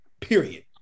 period